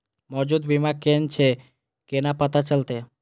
मौजूद बीमा कोन छे केना पता चलते?